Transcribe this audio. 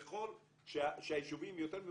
ככל שהיישובים יותר מבוססים,